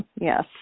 Yes